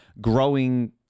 growing